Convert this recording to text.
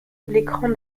l’écran